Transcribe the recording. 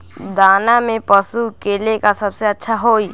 दाना में पशु के ले का सबसे अच्छा होई?